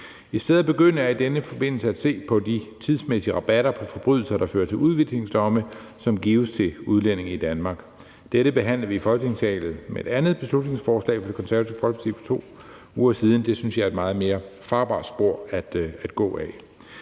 Et sted at begynde er i denne forbindelse at se på de tidsmæssige rabatter på forbrydelser, der fører til udvisningsdomme, som gives til udlændinge i Danmark. Dette behandlede vi i Folketingssalen med et andet beslutningsforslag fra Det Konservative Folkeparti for 2 uger siden, og det synes jeg er et meget mere farbart spor at gå ad.